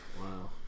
wow